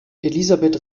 elisabeth